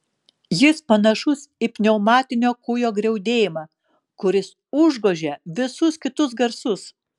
jis panašus į pneumatinio kūjo griaudėjimą kuris užgožia visus kitus garsus